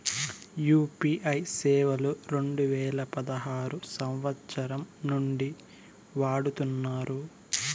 UPI సేవలు రెండు వేల పదహారు సంవచ్చరం నుండి వాడుతున్నారు